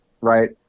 right